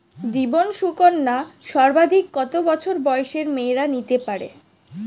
জীবন সুকন্যা সর্বাধিক কত বছর বয়সের মেয়েরা নিতে পারে?